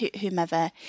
whomever